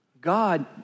God